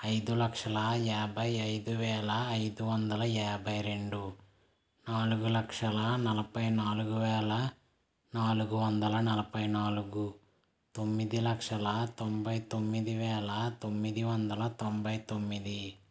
ఐదు లక్షల యాభై ఐదు వేల ఐదు వందల యాభై రెండు నాలుగు లక్షల నలభై నాలుగు వేల నాలుగు వందల నలభై నాలుగు తొమ్మిది లక్షల తొంభై తొమ్మిది వేల తొమ్మిది వందల తొంబై తొమ్మిది